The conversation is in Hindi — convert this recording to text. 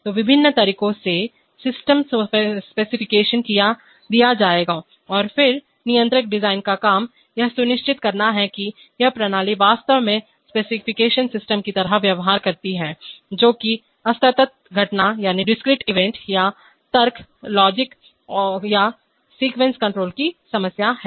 तो विभिन्न तरीकों से सिस्टम स्पेसिफिकेशन दिया जाएगा और फिर नियंत्रक डिजाइन का काम यह सुनिश्चित करना है कि यह प्रणाली वास्तव में स्पेसिफिकेशन सिस्टम की तरह व्यवहार करती है जो कि असतत घटना डिस्क्रीट इवेंट या तर्क लॉजिकया अनुक्रम नियंत्रण सीक्वेंस कंट्रोलकी समस्या है